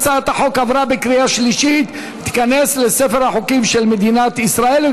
הצעת החוק עברה בקריאה שלישית ותיכנס לספר החוקים של מדינת ישראל.